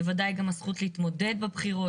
בוודאי גם הזכות להתמודד בבחירות,